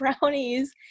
brownies